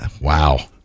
Wow